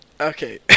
Okay